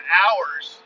hours